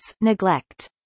neglect